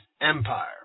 Empire